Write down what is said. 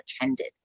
attended